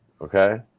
okay